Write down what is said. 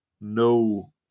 no